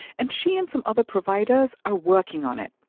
and she and some other providers are working on it,